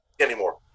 anymore